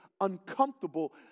uncomfortable